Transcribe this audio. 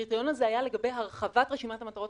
הקריטריון הזה היה לגבי הרחבת רשימת המטרות